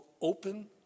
open